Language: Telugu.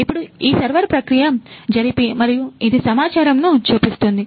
ఇప్పుడు ఈ సర్వర్ ప్రక్రియ జరిపి మరియు ఇది సమాచారమును చూపిస్తుంది